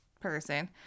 person